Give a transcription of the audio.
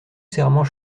serment